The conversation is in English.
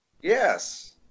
Yes